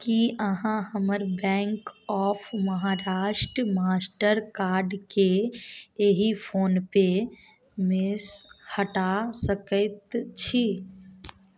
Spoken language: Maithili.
की अहाँ हमर बैंक ऑफ महाराष्ट्र मास्टर कार्डके एहि फोन पेमेसँ हटा सकैत छी